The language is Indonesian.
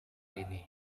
ini